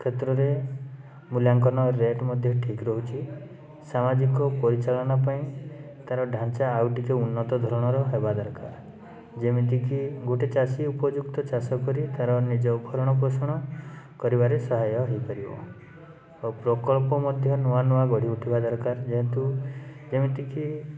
କ୍ଷେତ୍ରରେ ମୂଲ୍ୟାଙ୍କନ ରେଟ୍ ମଧ୍ୟ ଠିକ୍ ରହୁଛି ସାମାଜିକ ପରିଚାଳନା ପାଇଁ ତା'ର ଢାଞ୍ଚା ଆଉ ଟିକିଏ ଉନ୍ନତ ଧରଣର ହବା ଦରକାର ଯେମିତିକି ଗୋଟେ ଚାଷୀ ଉପଯୁକ୍ତ ଚାଷ କରି ତା'ର ନିଜ ଭରଣପୋଷଣ କରିବାରେ ସହାୟ ହେଇପାରିବ ଆଉ ପ୍ରକଳ୍ପ ମଧ୍ୟ ନୁଆ ନୁଆ ଗଢ଼ି ଉଠିବା ଦରକାର ଯେହେତୁ ଯେମିତିକି